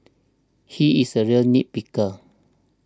he is a real nit picker